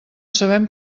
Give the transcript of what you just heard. sabem